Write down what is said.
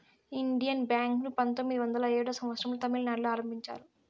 Indian Bank ను పంతొమ్మిది వందల ఏడో సంవచ్చరం లో తమిళనాడులో ఆరంభించారు